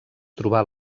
trobar